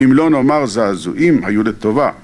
אם לא נאמר זעזועים היו לטובה